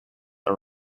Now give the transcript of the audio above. are